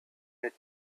get